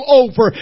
over